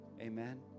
Amen